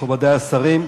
מכובדי השרים,